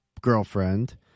girlfriend